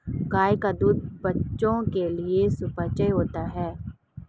गाय का दूध बच्चों के लिए सुपाच्य होता है